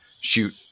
shoot